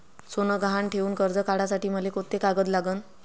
सोनं गहान ठेऊन कर्ज काढासाठी मले कोंते कागद लागन?